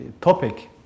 topic